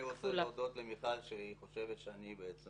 אני רוצה להודות שהיא חושבת שאני בעצם